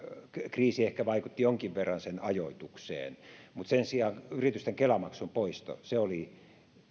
kriisi ehkä vaikutti jonkin verran sen ajoitukseen mutta sen sijaan yritysten kela maksun poisto oli